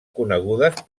conegudes